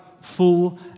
full